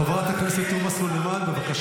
חבר הכנסת קריב, קריאה